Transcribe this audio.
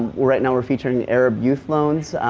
right now weire featuring arab youth loans,